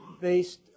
based